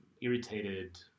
irritated